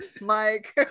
Mike